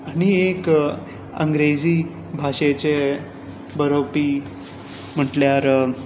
आनी एक अंग्रेजी भाशेचें बरोवपी म्हटल्यार